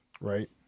right